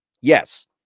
yes